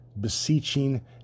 beseeching